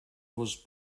was